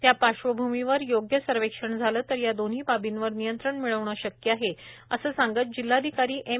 त्या पार्श्वभूमीवर योग्य सर्व्हेक्षण झाले तर या दोन्ही बाबींवर नियंत्रण मिळवणे शक्य आहे असं सांगत जिल्हाधिकारी एम